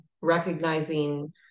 recognizing